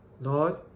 Lord